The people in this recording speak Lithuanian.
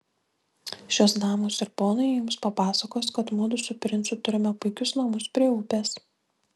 šios damos ir ponai jums papasakos kad mudu su princu turime puikius namus prie upės